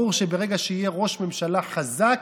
ברור שברגע שיהיה ראש ממשלה חדש,